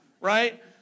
Right